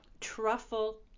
truffle